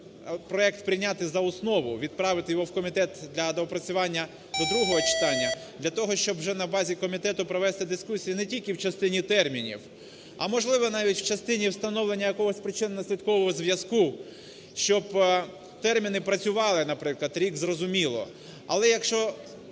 проект прийняти за основу, відправити його в комітет для доопрацювання до другого читання для того, щоб вже на базі комітету провести дискусії не тільки в частині термінів, а можливо, навіть в частині встановлення якогось причинно-наслідкового зв'язку, щоб терміни працювали, наприклад, рік зрозуміло. Але якщо